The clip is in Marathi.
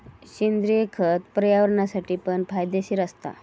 सेंद्रिय खत पर्यावरणासाठी पण फायदेशीर असता